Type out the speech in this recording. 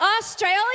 Australia